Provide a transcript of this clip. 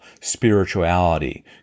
spirituality